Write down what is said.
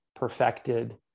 perfected